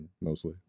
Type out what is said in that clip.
Mostly